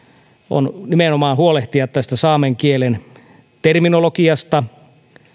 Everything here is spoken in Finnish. on nimenomaan huolehtia saamen kielen terminologiasta